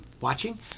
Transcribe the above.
watching